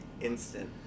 instant